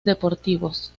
deportivos